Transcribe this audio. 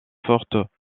fortes